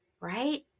right